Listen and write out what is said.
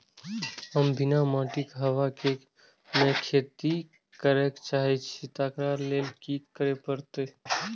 हम बिना माटिक हवा मे खेती करय चाहै छियै, तकरा लए की करय पड़तै?